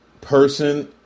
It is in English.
person